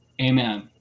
Amen